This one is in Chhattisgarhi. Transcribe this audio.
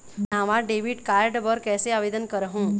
नावा डेबिट कार्ड बर कैसे आवेदन करहूं?